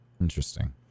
Interesting